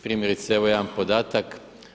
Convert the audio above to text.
Primjerice evo jedan podatak.